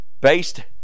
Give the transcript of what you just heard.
based